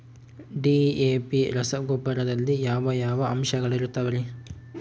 DAP ರಸಗೊಬ್ಬರದಲ್ಲಿ ಯಾವ ಯಾವ ಅಂಶಗಳಿರುತ್ತವರಿ?